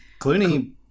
Clooney